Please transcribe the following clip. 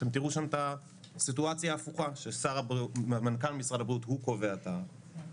אתם תראו שם את הסיטואציה ההפוכה שמנכ"ל משרד הבריאות קובע את המדדים,